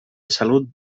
salut